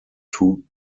two